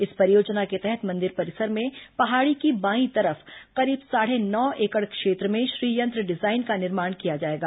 इस परियोजना के तहत मंदिर परिसर में पहाड़ी की बायी तरफ करीब साढ़े नौ एकड़ क्षेत्र में श्रीयंत्र डिजाइन का निर्माण किया जाएगा